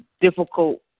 difficult